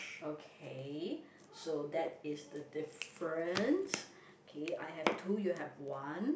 okay so that is the difference okay I have two you have one